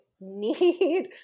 need